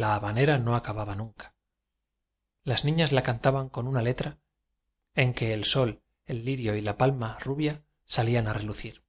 la habanera no acababa nunca las niñas la cantaban con una letra en que el sol el lirio y la palma ru bia salían a relucir